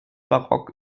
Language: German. barock